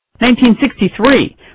1963